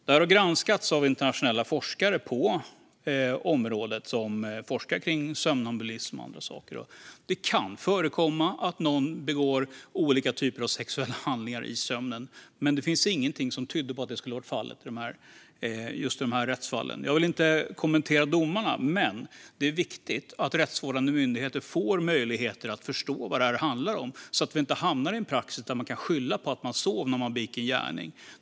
Det här har granskats av internationella forskare på området, som forskar på somnambulism och andra saker. De säger att det kan förekomma att någon begår olika sexuella handlingar i sömnen men att inget tyder på att det skulle ha varit fallet i just de här rättsfallen. Jag vill inte kommentera domarna, men det är viktigt att rättsvårdande myndigheter får möjlighet att förstå vad det här handlar om så att vi inte hamnar i en praxis där man kan skylla på att man sov när man begick ett brott.